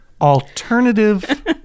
Alternative